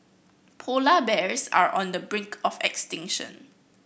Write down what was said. polar bears are on the brink of extinction